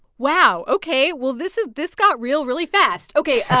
wow. ok, well, this is this got real really fast. ok,